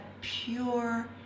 pure